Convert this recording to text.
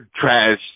trash